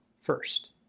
first